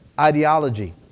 ideology